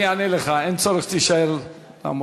אני אענה לך, אין צורך שתישאר לעמוד.